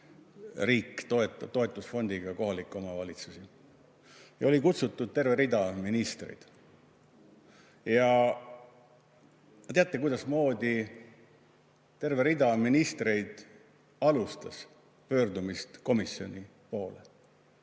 toetusfondiga kohalikke omavalitsusi. Sinna oli kutsutud terve rida ministreid. Teate, kuidasmoodi terve rida ministreid alustas pöördumist komisjoni poole?